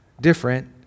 different